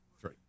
three